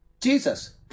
Jesus